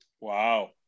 Wow